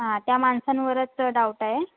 हां त्या माणसांवरच डाऊट आहे